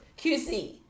QC